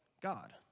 God